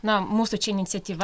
na mūsų čia iniciatyva